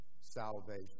salvation